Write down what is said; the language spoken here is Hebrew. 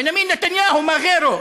בנימין נתניהו (אומר בערבית: